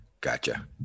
gotcha